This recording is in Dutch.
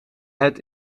het